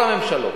כל הממשלות.